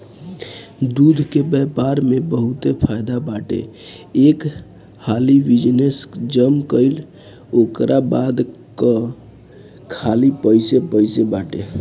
दूध के व्यापार में बहुते फायदा बाटे एक हाली बिजनेस जम गईल ओकरा बाद तअ खाली पइसे पइसे बाटे